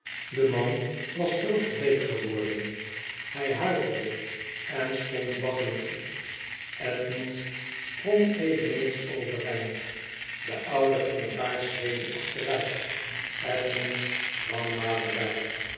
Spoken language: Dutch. de man was doodsbleek geworden hij huiverde en stond waggelend op edmunds spro'ng eveneens overeind de oude ging een paar schreden achteruit edmunds kwam naderbij